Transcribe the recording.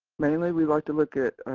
mainly we like to look at